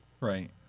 right